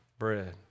bread